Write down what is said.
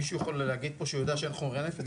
מישהו יכול להגיד פה שהוא יודע שאין חומרי נפץ?